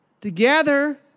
Together